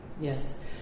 yes